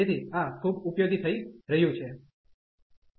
તેથી આ ખૂબ ઉપયોગી થઈ રહ્યું છે